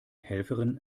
helferin